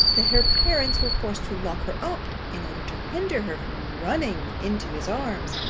that her parents were forced to lock her up, in order to hinder her from running into his arms.